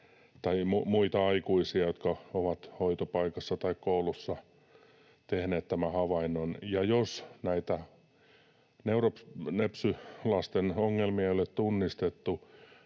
tai muita aikuisia, jotka ovat hoitopaikassa tai koulussa tehneet tämän havainnon, ja jos näitä nepsy-lasten ongelmia ei ole tunnistettu,